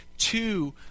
Two